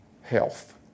health